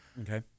Okay